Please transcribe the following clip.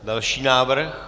Další návrh.